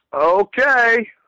okay